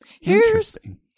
Interesting